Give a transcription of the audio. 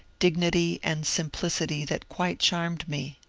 dignity, and simplicity that quite charmed me.